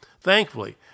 Thankfully